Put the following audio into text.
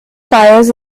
fires